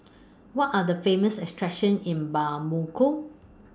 What Are The Famous attractions in Bamako